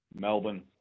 Melbourne